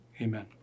Amen